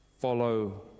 follow